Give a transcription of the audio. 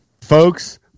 folks